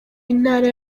intara